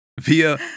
via